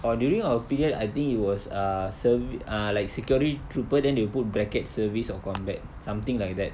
orh during our period I think it was err serv~ ah like security trooper then they put bracket service or combat something like that